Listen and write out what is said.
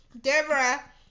Deborah